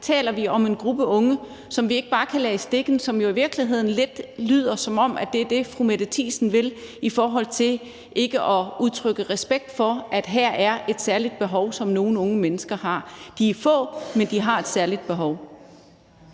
taler om en gruppe unge, som vi ikke bare kan lade i stikken, og det lyder jo i virkeligheden lidt, som om det er det, fru Mette Thiesen vil, i forhold til ikke at udtrykke respekt for, at der her er et særligt behov, som nogle unge mennesker har. De er få, men de har et særligt behov.